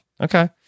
okay